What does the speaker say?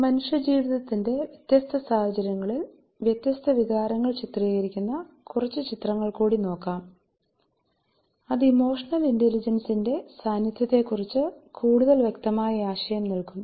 മനുഷ്യ ജീവിതത്തിന്റെ വ്യത്യസ്ത സാഹചര്യങ്ങളിൽ വ്യത്യസ്ത വികാരങ്ങൾ ചിത്രീകരിക്കുന്ന കുറച്ച് ചിത്രങ്ങൾ കൂടി നോക്കാം അത് ഇമോഷനൽ ഇൻറ്റെലജൻസ് ന്റെ സാന്നിധ്യത്തെക്കുറിച്ച് കൂടുതൽ വ്യക്തമായ ആശയം നൽകും